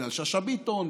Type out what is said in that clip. בגלל שאשא ביטון,